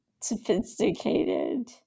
sophisticated